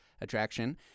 attraction